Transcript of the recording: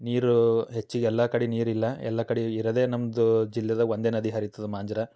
ನೀರು ಹೆಚ್ಚಿಗೆ ಎಲ್ಲ ಕಡೆ ನೀರಿಲ್ಲ ಎಲ್ಲ ಕಡೆ ಇರೋದೇ ನಮ್ದು ಜಿಲ್ಲೆದಾಗೆ ಒಂದೇ ನದಿ ಹರಿತದೆ ಮಾಂಜ್ರ